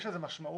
יש לזה משמעות